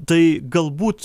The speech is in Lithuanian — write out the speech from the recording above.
tai galbūt